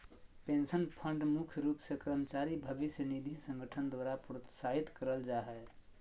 pension fund मुख्य रूप से कर्मचारी भविष्य निधि संगठन द्वारा प्रोत्साहित करल जा हय